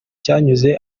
cyanyuze